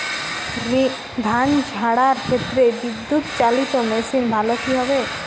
ধান ঝারার ক্ষেত্রে বিদুৎচালীত মেশিন ভালো কি হবে?